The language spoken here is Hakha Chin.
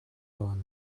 tawn